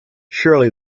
surely